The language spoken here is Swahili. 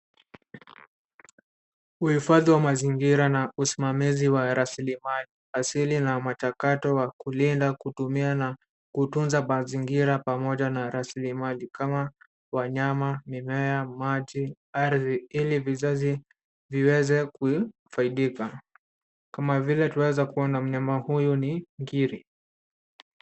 Uhifadhi wa mazingira na usimamizi wa rasilimali asili na mchakato wa kulinda, kutumia na kutunza mazingira pamoja na rasilimali kama wanyama, mimea , maji, ardhi ili vizazi viweze kufaidika . Kama vile twaweza kuwa na mnyama huyu ni ngiri.